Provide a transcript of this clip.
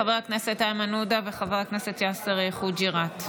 חבר הכנסת איימן עודה וחבר הכנסת יאסר חוג'יראת.